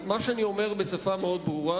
מה שאני אומר בשפה מאוד ברורה,